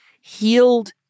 healed